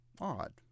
Odd